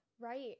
Right